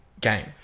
game